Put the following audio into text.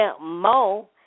Mo